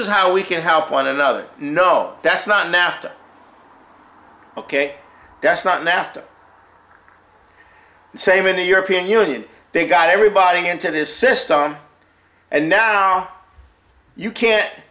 is how we can help one another no that's not nafta ok that's not nafta the same in the european union they got everybody into this system and now you can't